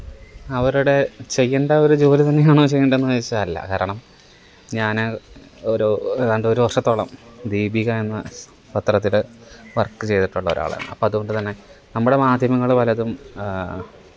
അവരുടെ ചെയ്യണ്ട ഒരു ജോലി തന്നെയാണോ ചെയ്യണ്ടെന്ന് ചോദിച്ചാൽ അല്ല കാരണം ഞാന് ഓരോ ഏതാണ്ടൊര് വര്ഷത്തോളം ദീപിക എന്ന പത്രത്തില് വര്ക്ക് ചെയ്തിട്ടുള്ള ഒരാളാണ് അപ്പം അതുകൊണ്ട് തന്നെ നമ്മുടെ മാധ്യമങ്ങള് പലതും